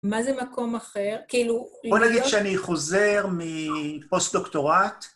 מה זה מקום אחר? כאילו... בוא נגיד שאני חוזר מפוסט-דוקטורט.